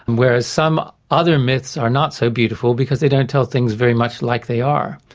and whereas some other myths are not so beautiful because they don't tell things very much like they are,